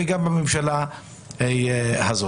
וגם בממשלה הזאת.